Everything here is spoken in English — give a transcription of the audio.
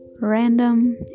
random